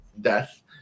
death